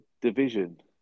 division